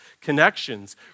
connections